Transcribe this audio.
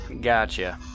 Gotcha